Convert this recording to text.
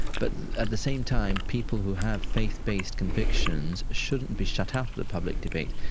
but at the same time, people who have faith-based convictions shouldn't be shut out of the public debate.